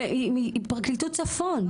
היא פרקליטות צפון.